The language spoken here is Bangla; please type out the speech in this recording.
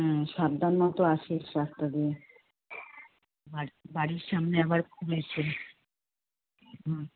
হুম সাবধান মতো আসিস রাস্তা দিয়ে বাড়ি বাড়ির সামনে আবার খুঁড়েছে হুম